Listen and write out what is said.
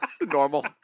normal